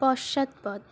পশ্চাৎপদ